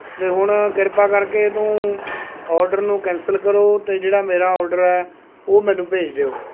ਅਤੇ ਹੁਣ ਕਿਰਪਾ ਕਰਕੇ ਤੂੰ ਔਡਰ ਨੂੰ ਕੈਂਸਲ ਕਰੋ ਅਤੇ ਜਿਹੜਾ ਮੇਰਾ ਔਡਰ ਹੈ ਉਹ ਮੈਨੂੰ ਭੇਜ ਦਿਓ